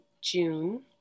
June